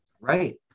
Right